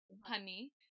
honey